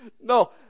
No